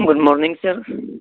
good morning sir